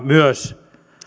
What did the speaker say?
myös